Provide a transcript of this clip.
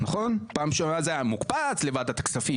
פעם זה היה ועדת כספים,